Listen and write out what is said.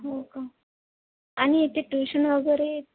हो का आणि इथे ट्युशन वगैरे